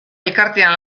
elkartean